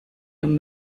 dem